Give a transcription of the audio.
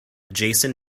jason